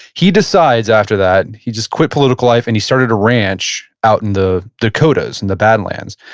he decides after that and he just quit political life and he started a ranch out in the dakota's, in the badlands,